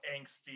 angsty